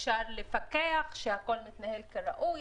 אפשר לפקח שהכול יתנהל כראוי.